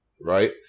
Right